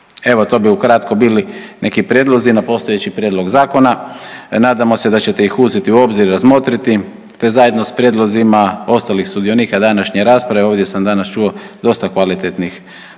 Evo to bi u kratko bili neki prijedlozi na postojeći prijedlog zakona. Nadamo se da ćete ih uzeti u obzir i razmotriti, te zajedno s prijedlozima ostalih sudionika današnje rasprave, ovdje sam danas čuo dosta kvalitetnih